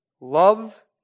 Love